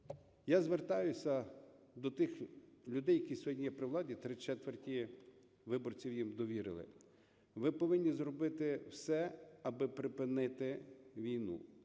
Я звертаюся до людей, які сьогодні є при владі, три чверті виборців їм довірило: ви повинні зробити все, аби припинити війну,